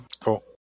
Cool